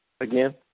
Again